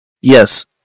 yes